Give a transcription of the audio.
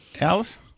Alice